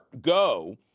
go